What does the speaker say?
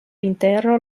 intero